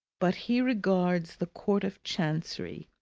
but he regards the court of chancery,